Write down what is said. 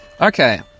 Okay